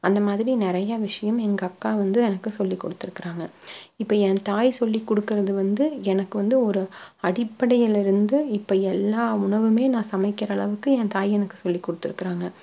அந்தமாதிரி நிறையா விஷயம் எங்க அக்கா வந்து எனக்கு சொல்லி கொடுத்துருக்குறாங்க இப்போ என் தாய் சொல்லி கொடுக்கறது வந்து எனக்கு வந்து ஒரு அடிப்படையில் இருந்து இப்போ எல்லா உணவுமே நான் சமைக்கிற அளவுக்கு என் தாய் எனக்கு சொல்லிக் கொடுத்துருக்குறாங்க